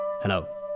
Hello